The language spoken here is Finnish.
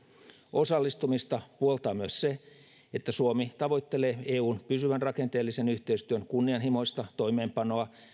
osallistumista puoltaa myös se että suomi tavoittelee eun pysyvän rakenteellisen yhteistyön kunnianhimoista toimeenpanoa